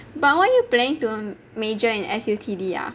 but what are you planning to major in S_U_T_D ah